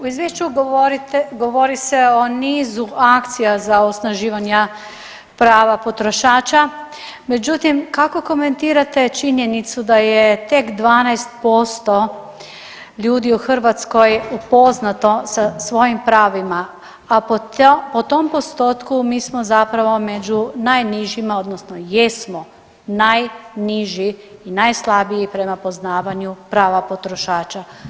U izvješću se govori o nizu akcija za osnaživanja prava potrošača, međutim kako komentirate činjenicu da je tek 12% ljudi u Hrvatskoj upoznato sa svojim pravima, a po tom postotku mi smo zapravo među najnižima odnosno jesmo najniži i najslabiji prema poznavanju prava potrošača.